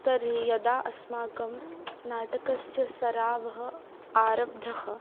तर्हि यदा अस्माकं नाटकस्य सरावः आरब्धः